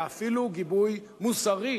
אלא אפילו גיבוי מוסרי,